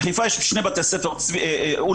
בחיפה יש שני בתי ספר, אולפנות